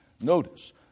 Notice